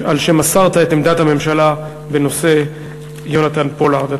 על שמסרת את עמדת הממשלה בנושא יהונתן פולארד.